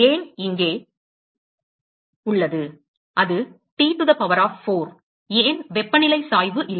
ஏன் இங்கே உள்ளது அது T to the power of 4 ஏன் வெப்பநிலை சாய்வு இல்லை